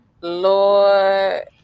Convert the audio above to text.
Lord